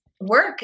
work